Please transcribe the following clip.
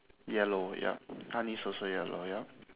yellow yup honey is also yellow yup